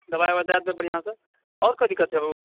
दवाइ वावाइ दए देबै बढिऑंसँ और कोइ दिक्कत छै